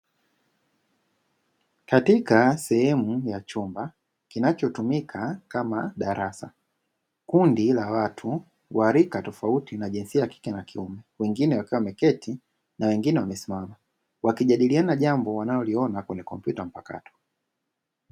Katika sehemu ya chumba kinachotumika kama darasa kundi la watu wa rika tofauti na jinsia ya kike na kiume, wengine wakiwa wameketi na wengine wamesimama wakijadiliana jambo wanaloliona kwenye kompyuta mpakato.